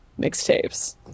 mixtapes